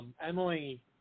Emily